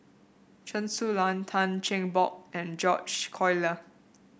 Chen Su Lan Tan Cheng Bock and George Collyer